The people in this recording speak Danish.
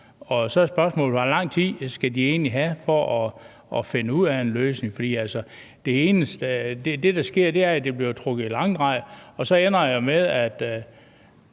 og så er spørgsmålet, hvor lang tid de egentlig skal have for at finde en løsning. Det, der sker, er, at det bliver trukket i langdrag, og så ender det jo med, at